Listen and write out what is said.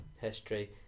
history